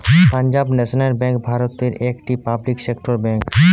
Punjab national bank ভারতের একটি public sector bank